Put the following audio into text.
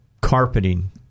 carpeting